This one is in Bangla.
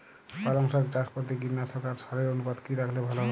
পালং শাক চাষ করতে কীটনাশক আর সারের অনুপাত কি রাখলে ভালো হবে?